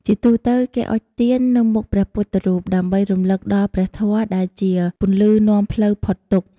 ជាទូទៅ គេអុជទៀននៅមុខព្រះពុទ្ធរូប ដើម្បីរំលឹកដល់ព្រះធម៌ដែលជាពន្លឺនាំផ្លូវផុតទុក្ខ។